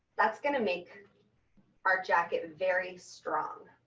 that's going to make our jacket very strong.